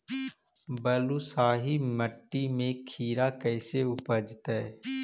बालुसाहि मट्टी में खिरा कैसे उपजतै?